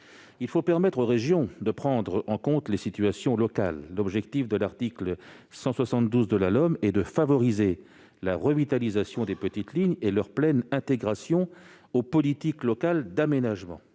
il faut permettre aux régions de prendre en compte les situations locales. L'objectif de l'article 172 de la LOM est de favoriser la revitalisation des petites lignes et leur pleine intégration aux politiques locales d'aménagement.